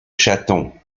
chatons